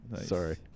sorry